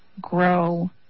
grow